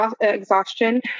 exhaustion